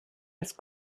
des